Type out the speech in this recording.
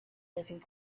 living